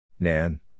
Nan